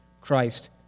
Christ